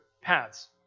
paths